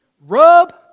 rub